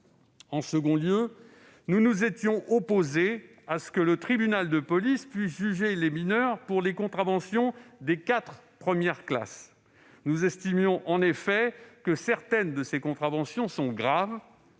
En second lieu, nous nous étions opposés à ce que le tribunal de police puisse juger les mineurs pour les contraventions des quatre premières classes. Nous estimions en effet que certaines de ces contraventions sont graves